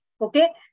Okay